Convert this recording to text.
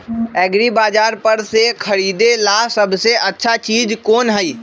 एग्रिबाजार पर से खरीदे ला सबसे अच्छा चीज कोन हई?